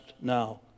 now